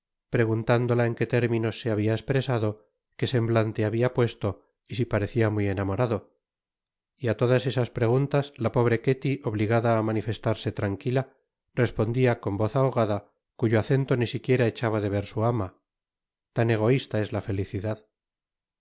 preguntándola en qué términos se habia espresado qué semblante habia puesto y si parecia muy enamorado y á todas esas preguntas la pobre ketty obligada á manifestarse tranquila respondia con voz ahogada cuyo acento di siquiera echaba de ver su ama tan egoista es la felicidad